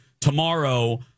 Tomorrow